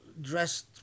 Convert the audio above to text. dressed